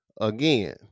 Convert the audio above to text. again